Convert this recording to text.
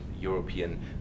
European